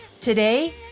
Today